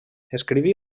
escriví